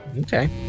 Okay